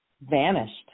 vanished